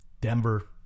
Denver